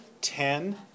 ten